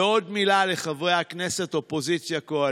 ועוד מילה לחברי הכנסת, אופוזיציה-קואליציה: